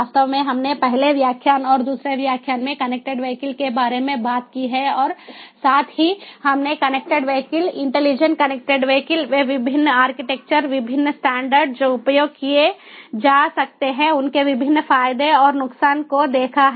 वास्तव में हमने पहले व्याख्यान और दूसरे व्याख्यान में कनेक्टेड वीहिकल के बारे में बात की है और साथ ही हमने connected vehicle intelligent connected vehicle वे विभिन्न आर्किटेक्चर वे विभिन्न स्टैंडर्ड जो उपयोग किए जा सकते हैं उनके विभिन्न फायदे और नुकसान को देखा है